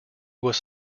was